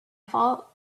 fault